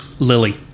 Lily